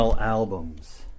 albums